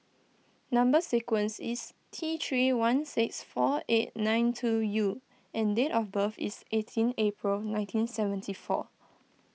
Number Sequence is T three one six four eight nine two U and date of birth is eighteen April nineteen seventy four